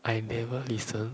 I never listen